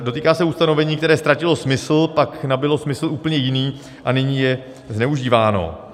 Dotýká se ustanovení, které ztratilo smysl, pak nabylo smysl úplně jiný a nyní je zneužíváno.